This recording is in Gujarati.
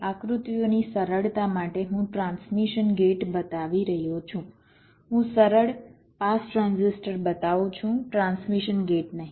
આકૃતિઓની સરળતા માટે હું ટ્રાન્સમિશન ગેટ બતાવી રહ્યો છું હું સરળ પાસ ટ્રાન્ઝિસ્ટર બતાવું છું ટ્રાન્સમિશન ગેટ નહીં